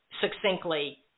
succinctly